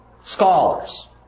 scholars